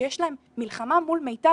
כשיש להם מלחמה מול מיטב,